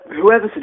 Whoever